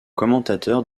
commentateur